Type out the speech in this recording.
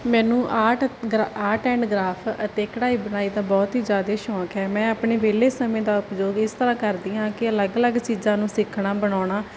ਮੈਨੂੰ ਆਰਟ ਗਰਾ art and craft ਅਤੇ ਕਢਾਈ ਬੁਣਾਈ ਦਾ ਬਹੁਤ ਈ ਜਿਆਦਾ ਸ਼ੌਂਕ ਐ ਮੈਂ ਆਪਣੇ ਵਿਹਲੇ ਸਮੇਂ ਦਾ ਉਪਯੋਗ ਇਸ ਤਰ੍ਹਾਂ ਕਰਦੀ ਹਾਂ ਕਿ ਅਲੱਗ ਅਲੱਗ ਚੀਜਾਂ ਨੂੰ ਸਿੱਖਣਾ ਬਣਾਉਣਾ